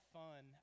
fun